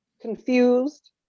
confused